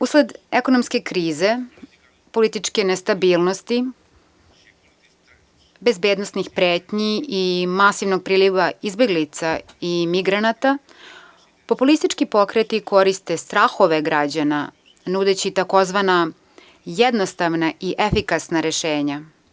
Usled ekonomske krize, političke nestabilnosti, bezbednosnih pretnji i masivnog priliva izbeglica i migranata, populistički pokreti koriste strahove građana nudeći takozvana jednostavna i efikasna rešenja.